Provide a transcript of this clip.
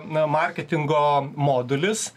na marketingo modulis